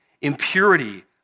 impurity